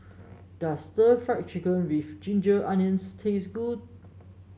does stir Fry Chicken with Ginger Onions taste good